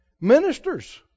ministers